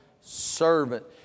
servant